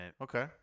Okay